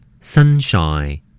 Sunshine